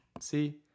See